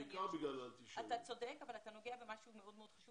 אתה צודק אבל אתה נוגע במשהו מאוד מאוד חשוב